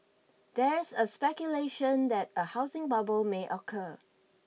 there is a speculation that a housing bubble may occur